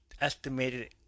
estimated